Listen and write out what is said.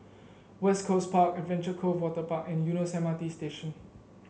West Coast Park Adventure Cove Waterpark and Eunos M R T Station